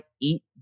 eat